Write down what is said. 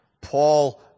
Paul